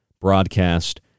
broadcast